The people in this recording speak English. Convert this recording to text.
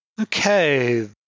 Okay